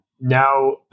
now